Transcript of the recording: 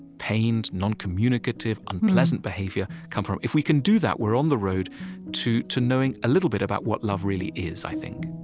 pained, noncommunicative, unpleasant behavior come from? if we can do that, we're on the road to to knowing a little bit about what love really is, i think